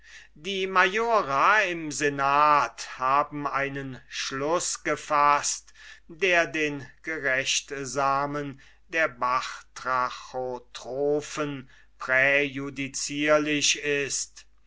die majora im senat haben einen schluß gefaßt der den gerechtsamen der batrachotrophen präjudicierlich ist